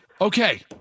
Okay